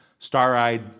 star-eyed